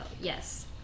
Yes